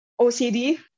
OCD